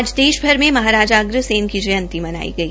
आज देश भर में महाराजा अग्रसेन की जयंती मनाई गई